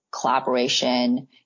collaboration